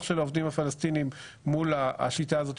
של העובדים הפלסטינים מול השיטה הזו,